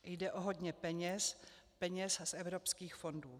Jde o hodně peněz, peněz z evropských fondů.